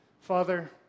Father